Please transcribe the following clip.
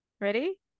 ready